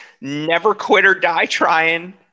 never-quit-or-die-trying